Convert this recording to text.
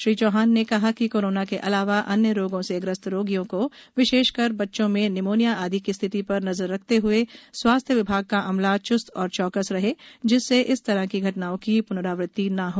श्री चौहान ने कहा कि कोरोना के अलावा अन्य रोगों से ग्रस्त रोगियों विशेषकर बच्चों में निमोनिया आदि की स्थिति पर नजर रखते हुए स्वास्थ्य विभाग का अमला चुस्त और चौकस रहे जिससे इस तरह की घटनाओं की पुनरावृत्ति न हो